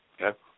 Okay